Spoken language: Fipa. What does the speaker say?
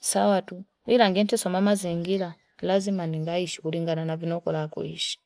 Sawa tu. Wila ngeni cheso mama zingira, lazima nyingai shukuringa na nabinoko la kuhishi.